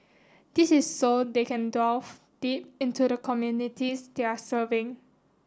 this is so they can delve deep into the communities they are serving